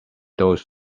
those